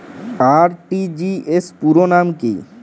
RTGS পুরো নাম কি?